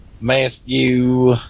Matthew